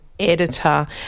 editor